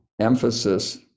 emphasis